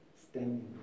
standing